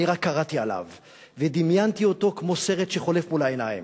אני רק קראתי עליו ודמיינתי אותו כמו סרט שחולף מול העיניים,